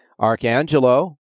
Archangelo